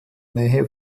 nähe